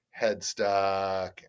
headstock